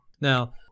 Now